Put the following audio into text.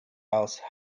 house